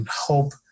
hope